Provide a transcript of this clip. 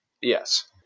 Yes